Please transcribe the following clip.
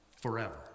Forever